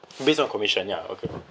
based on commission ya okay